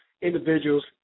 individuals